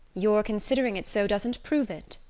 your considering it so doesn't prove it.